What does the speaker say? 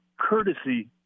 courtesy